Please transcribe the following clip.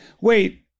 wait